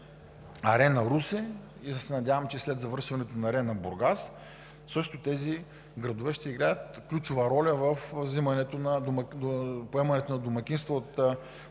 „Арена“ – Русе, а се надявам, че и след завършването на „Арена“ – Бургас, тези градове също ще играят ключова роля в поемането на домакинства от